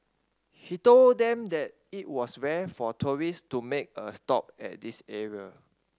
he told them that it was rare for tourist to make a stop at this area